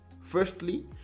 Firstly